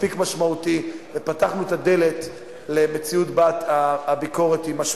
התעסקנו ופעלנו בנושא מחירי המים, המיסוי על הדלק.